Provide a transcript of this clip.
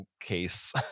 case